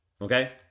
Okay